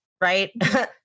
right